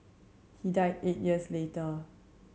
he died eight years later